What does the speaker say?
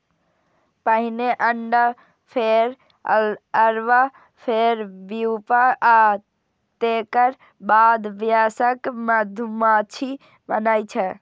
पहिने अंडा, फेर लार्वा, फेर प्यूपा आ तेकर बाद वयस्क मधुमाछी बनै छै